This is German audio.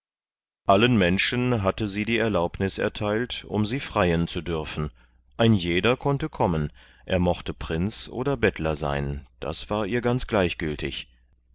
allen menschen hatte sie die erlaubnis erteilt um sie freien zu dürfen ein jeder konnte kommen er mochte prinz oder bettler sein das war ihr ganz gleichgiltig